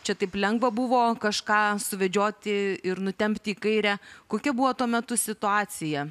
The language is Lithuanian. čia taip lengva buvo kažką suvedžioti ir nutempti į kairę kokia buvo tuo metu situacija